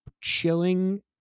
chilling